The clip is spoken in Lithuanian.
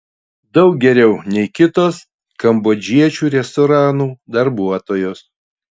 daug geriau nei kitos kambodžiečių restoranų darbuotojos